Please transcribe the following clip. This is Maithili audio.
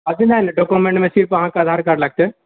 अथि नहि डॉक्यूमेंटमे सिर्फ अहाँकेँ अधारे कार्ड लगतै